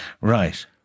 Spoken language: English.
Right